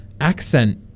accent